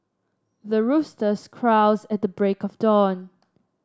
the roosters crows at the break of dawn